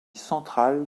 centrale